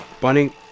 Bunny